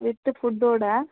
with ஃபுட்டோடு